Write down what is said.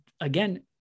again